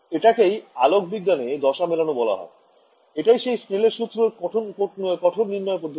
এইটাকেই আলোক বিজ্ঞানে দশা মেলানো বলা হয় এটাই সেই স্নেলের সুত্রের কঠোর নির্ণয় পদ্ধতি